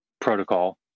protocol